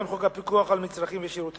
ובהם חוק הפיקוח על מצרכים ושירותים.